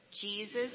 Jesus